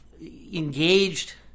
engaged